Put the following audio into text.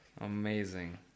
Amazing